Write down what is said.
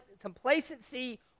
complacency